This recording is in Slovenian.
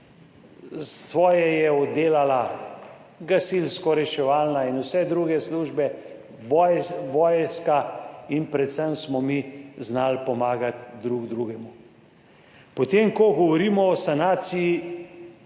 Svoje je oddelala gasilsko reševalna in vse druge službe, vojska in predvsem smo mi znali pomagati drug drugemu. Potem, ko govorimo o sanaciji,